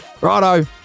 Righto